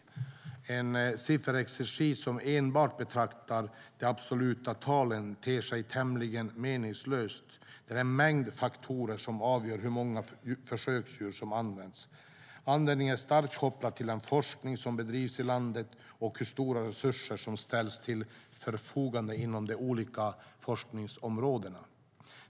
En sifferexercis som enbart betraktar de absoluta talen ter sig tämligen meningslös. Det är en mängd faktorer som avgör hur många försöksdjur som används. Användningen är starkt kopplad till den forskning som bedrivs i landet och hur stora resurser som ställs till förfogande inom de olika forskningsområdena.